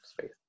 space